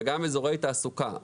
וגם אזורי תעסוקה.